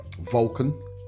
Vulcan